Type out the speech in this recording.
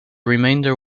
remainder